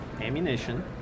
ammunition